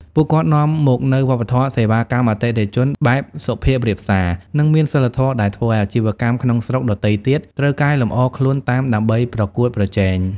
ពួកគាត់នាំមកនូវ "វប្បធម៌សេវាកម្មអតិថិជន" បែបសុភាពរាបសារ និងមានសីលធម៌ ដែលធ្វើឱ្យអាជីវកម្មក្នុងស្រុកដទៃទៀតត្រូវកែលម្អខ្លួនតាមដើម្បីប្រកួតប្រជែង។